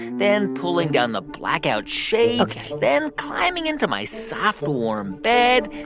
then pulling down the blackout shades. ok. then climbing into my soft, warm bed,